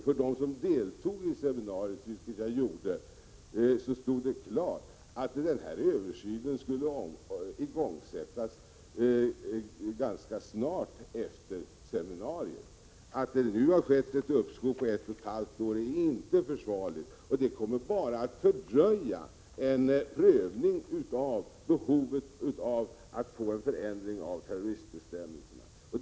För dem som deltog i seminariet, vilket jag gjorde, stod det klart att den här översynen skulle igångsättas ganska snart efter seminariet. Detta uppskov på ett och ett halvt år är inte försvarligt. Det kommer bara att fördröja en prövning av behovet av en förändring av terroristbestämmelserna.